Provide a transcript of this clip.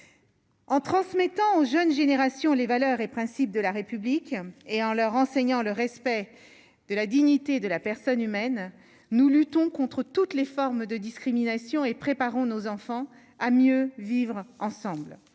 en transmettant aux jeunes générations les valeurs et principes de la République et en leur enseignant, le respect de la dignité de la personne humaine, nous luttons contre toutes les formes de discrimination et préparons nos enfants à mieux vivre ensemble